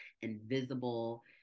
invisible